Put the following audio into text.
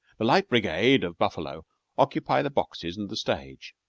the light brigade of buffalo occupy the boxes and the stage,